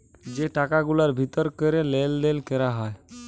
যে টাকা গুলার ভিতর ক্যরে লেলদেল ক্যরা হ্যয়